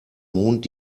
mond